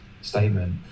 statement